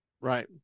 right